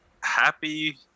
happy